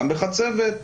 גם בחצבת,